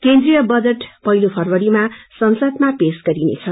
केन्द्रिय बट पहिलो फरवरीमा संसदमा पेश गरिनेछ